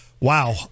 Wow